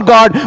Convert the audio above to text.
God